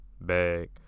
Bag